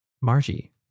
Margie